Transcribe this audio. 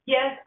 Yes